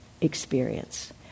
experience